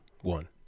one